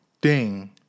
ding